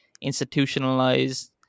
institutionalized